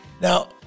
Now